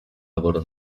lavoro